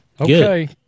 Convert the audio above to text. Okay